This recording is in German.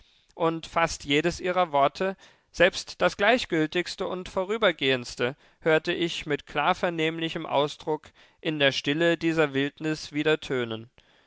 und fast jedes ihrer worte selbst das gleichgültigste und vorübergehendste hörte ich mit klar vernehmlichem ausdruck in der stille dieser wildnis wieder tönen